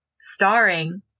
starring